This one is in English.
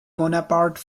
bonaparte